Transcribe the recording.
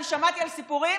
אני שמעתי על סיפורים.